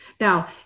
Now